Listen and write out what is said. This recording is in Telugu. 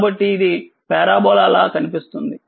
కాబట్టిఇది పరాబోలా లా కనిపిస్తుంది